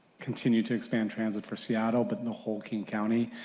continue to expand transit for seattle, but and the whole king county.